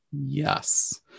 Yes